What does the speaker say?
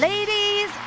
Ladies